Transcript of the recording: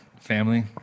Family